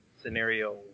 scenario